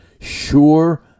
sure